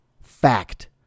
Fact